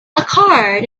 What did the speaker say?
card